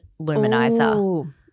Luminizer